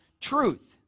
truth